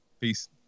peace